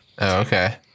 okay